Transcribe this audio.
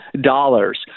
dollars